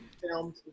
filmed